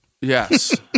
Yes